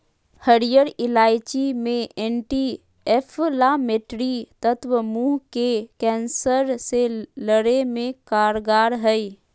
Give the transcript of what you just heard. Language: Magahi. हरीयर इलायची मे एंटी एंफलामेट्री तत्व मुंह के कैंसर से लड़े मे कारगर हई